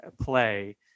play